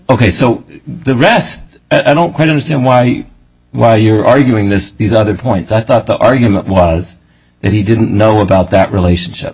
ok so the rest i don't quite understand why why you're arguing this these other points i thought the argument was that he didn't know about that relationship